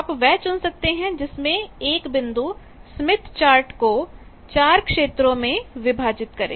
आप वह चुन सकते हैं जिसमें एक बिंदु स्मिथ चार्ट को चार क्षेत्रों में विभाजित करें